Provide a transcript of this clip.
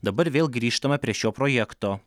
dabar vėl grįžtama prie šio projekto